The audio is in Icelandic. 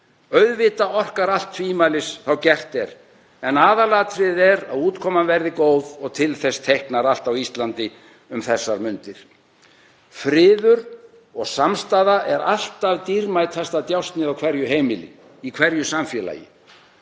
Auðvitað orkar allt tvímælis þá gert er en aðalatriðið er að útkoman verði góð og til þess teiknar allt á Íslandi um þessar mundir. Friður og samstaða er alltaf dýrmætasta djásnið á hverju heimili, í hverju samfélagi